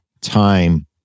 time